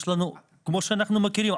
כמו שאנחנו מכירים,